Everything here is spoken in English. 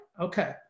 Okay